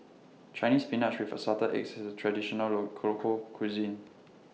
Chinese Spinach with Assorted Eggs IS Traditional Low Cuisine